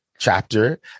chapter